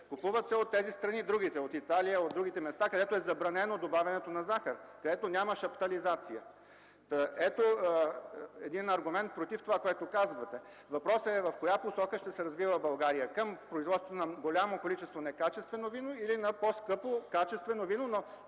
Купуват се от другите страни – от Италия, от други места, където е забранено добавянето на захар, където няма шаптализация. Ето един аргумент против това, което казвате. Въпросът е в коя посока ще се развива България – към производство на голямо количество некачествено вино или на по-скъпо, качествено вино, но